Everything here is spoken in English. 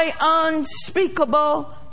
unspeakable